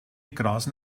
grasen